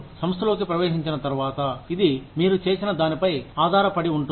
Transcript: మీరు సంస్థలోకి ప్రవేశించిన తర్వాత ఇది మీరు చేసిన దానిపై ఆధారపడి ఉంటుంది